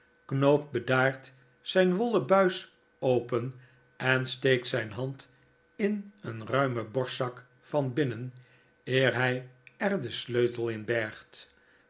knoopt bedaard zijn wollen buis open en steekt zijn hand in een ruimen borstzak van binnen eer hij er den sleutel in bergt